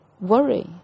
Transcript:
worry